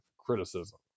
criticism